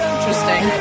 Interesting